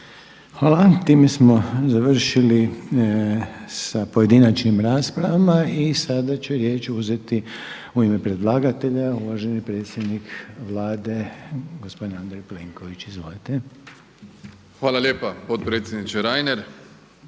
Hvala. Time smo završili sa pojedinačnim raspravama. I sada će riječ uzeti u ime predlagatelja uvaženi predsjednik Vlade gospodin Andrej Plenković. Izvolite. **Plenković, Andrej (HDZ)**